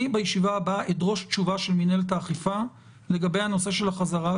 בישיבה הבאה אני אדרוש תשובה של מינהלת האכיפה לגבי הנושא של החזרה,